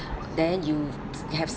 then you have